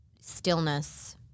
stillness